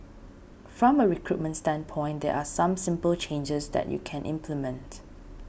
from a recruitment standpoint there are some simple changes that you can implement